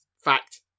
Fact